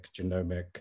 genomic